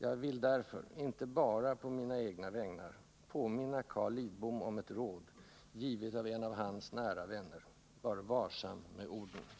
Jag vill därför — inte bara på mina egna vägnar — påminna Carl Lidbom om ett råd, givet av en av hans nära vänner: Var varsam med orden!